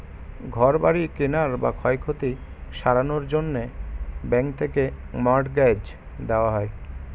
ঘর বাড়ি কেনার বা ক্ষয়ক্ষতি সারানোর জন্যে ব্যাঙ্ক থেকে মর্টগেজ দেওয়া হয়